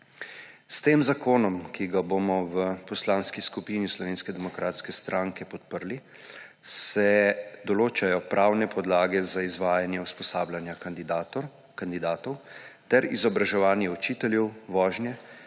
S tem zakonom, ki ga bomo v Poslanski skupini Slovenske demokratske stranke podprli, se določajo pravne podlage za izvajanje usposabljanja kandidatov ter izobraževanje učiteljev vožnje,